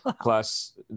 plus